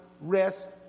rest